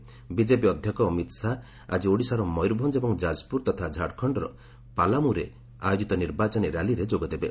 BJP ଅଧ୍ୟକ୍ଷ ଅମିତ ଶାହା ଆଜି ଓଡ଼ିଶାର ମୟରଭଞ୍ଜ ଏବଂ ଯାଜପ୍ରର ତଥା ଝାଡ଼ଖଣର ପାଲାମ୍ରରେ ଆୟୋଜିତ ନିର୍ବାଚନୀ ର୍ୟାଲିରେ ଯୋଗଦେବେ